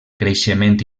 creixement